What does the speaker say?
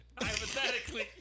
Hypothetically